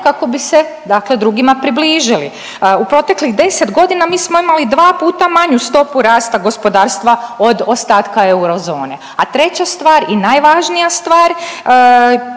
kako bi se, dakle drugima približili. U proteklih 10 dogina mi smo imali dva puta manju stopu rasta gospodarstva od ostatka eurozone, a treća stvar i najvažnija stvar